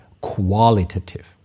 qualitative